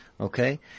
okay